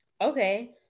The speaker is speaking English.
Okay